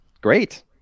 Great